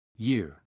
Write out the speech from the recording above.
Year